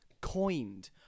coined